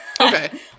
Okay